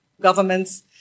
governments